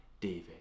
David